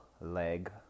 Leg